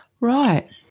Right